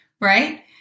right